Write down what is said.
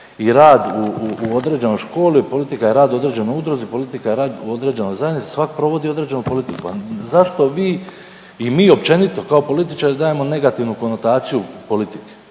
i rad u određenoj školi, politika je rad u određenoj udruzi, politika je rad u određenoj zajednici, svak provodi određenu politiku, a zašto vi i mi općenito kao političari dajemo negativnu konotaciju politike?